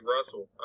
Russell